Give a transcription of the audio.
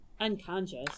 unconscious